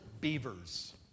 Beavers